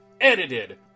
Edited